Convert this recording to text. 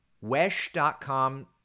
WESH.com